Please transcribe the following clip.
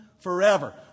Forever